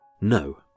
No